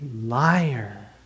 liar